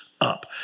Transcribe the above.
up